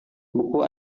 buku